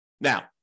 Now